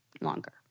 longer